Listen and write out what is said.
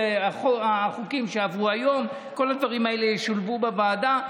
החוקים שעברו היום, כל הדברים האלה ישולבו בוועדה.